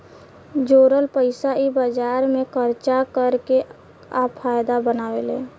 जोरल पइसा इ बाजार मे खर्चा कर के आ फायदा बनावेले